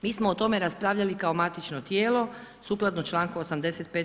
Mi smo o tome raspravljali kao matično tijelo, sukladno čl. 85.